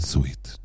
Sweet